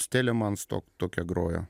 stiliaman stok tokia grojo